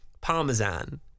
Parmesan